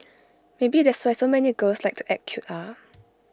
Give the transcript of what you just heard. maybe that's why so many girls like to act cute ah